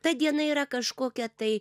ta diena yra kažkokia tai